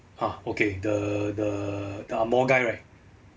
ah okay the the the ang moh guy right